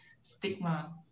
stigma